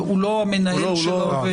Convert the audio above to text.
הוא לא המנהל של העובד.